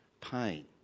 pain